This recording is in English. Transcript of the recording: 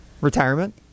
retirement